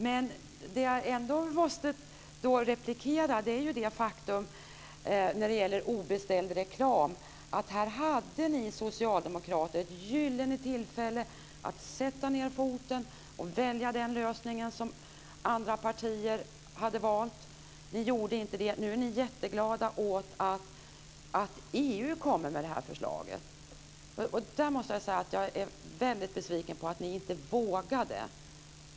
Men jag måste ändå replikera när det gäller frågan om obeställd reklam. Här hade ni socialdemokrater ett gyllene tillfälle att sätta ned foten och välja den lösning som andra partier hade valt. Ni gjorde inte det. Nu är ni jätteglada åt att EU kommer med förslaget. Jag är väldigt besviken på att ni inte vågade.